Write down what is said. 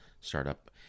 startup